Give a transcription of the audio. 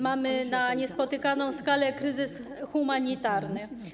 Mamy na niespotykaną skalę kryzys humanitarny.